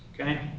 Okay